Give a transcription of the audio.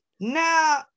now